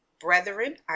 Brethren